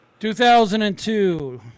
2002